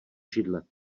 židle